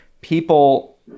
people